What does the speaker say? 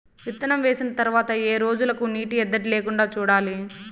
విత్తనం వేసిన తర్వాత ఏ రోజులకు నీటి ఎద్దడి లేకుండా చూడాలి?